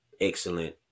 excellent